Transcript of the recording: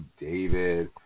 David